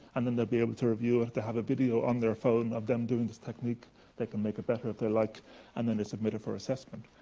and then they'll be able to review it. they'll have a video on their phone of them doing this technique they can make it better if they like and then they submit it for assessment.